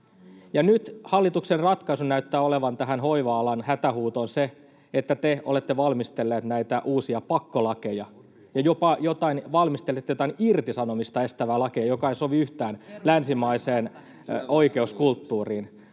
nyt hallituksen ratkaisu näyttää olevan tähän hoiva-alan hätähuutoon se, että te olette valmistelleet näitä uusia pakkolakeja ja jopa valmistelitte jotain irtisanomista estävää lakia, joka ei sovi yhtään [Leena Meri: Perustuslain